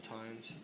times